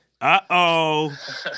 Uh-oh